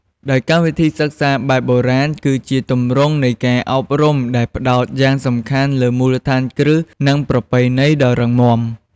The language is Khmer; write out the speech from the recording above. ដោយកម្មវិធីសិក្សាបែបបុរាណ គឺជាទម្រង់នៃការអប់រំដែលផ្តោតយ៉ាងសំខាន់លើ មូលដ្ឋានគ្រឹះ និង ប្រពៃណី ដ៏រឹងមាំ។